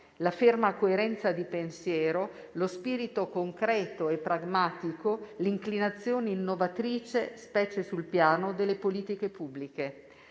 la ferma coerenza di pensiero, lo spirito concreto e pragmatico, l'inclinazione innovatrice, specie sul piano delle politiche pubbliche.